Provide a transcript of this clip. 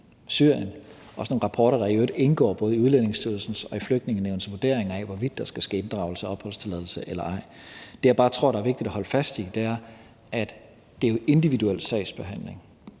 Syrien – nogle rapporter, der i øvrigt indgår både i Udlændingestyrelsens og Flygtningenævnets vurderinger af, hvorvidt der skal ske inddragelse af opholdstilladelse eller ej. Det, jeg bare tror det er vigtigt at holde fast i, er, at det jo er individuel sagsbehandling.